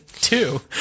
Two